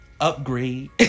upgrade